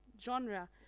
genre